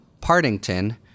Partington